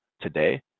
today